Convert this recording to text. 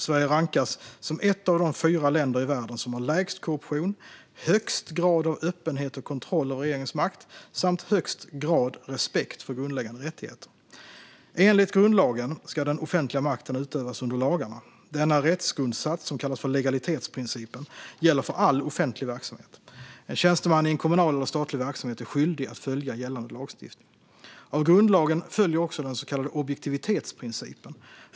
Sverige rankas som ett av de fyra länder i världen som har lägst korruption, högst grad av öppenhet och kontroll av regeringens makt samt högst grad av respekt för grundläggande rättigheter. Enligt grundlagen ska den offentliga makten utövas under lagarna. Denna rättsgrundsats, som kallas för legalitetsprincipen, gäller för all offentlig verksamhet. En tjänsteman i en kommunal eller statlig verksamhet är skyldig att följa gällande lagstiftning. Av grundlagen följer också den så kallade objektivitetsprincipen.